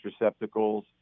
receptacles